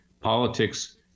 Politics